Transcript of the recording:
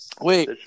Wait